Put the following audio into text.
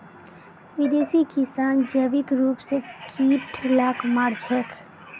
विदेशी किसान जैविक रूप स कीट लाक मार छेक